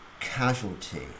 casualty